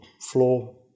floor